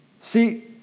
See